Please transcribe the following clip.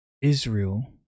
Israel